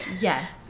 Yes